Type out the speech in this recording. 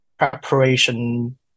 preparation